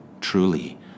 Truly